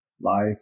life